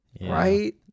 right